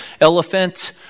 elephant